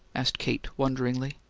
asked kate, wonderingly.